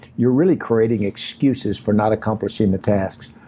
you're really creating excuses for not accomplishing the tasks.